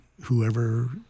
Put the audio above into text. whoever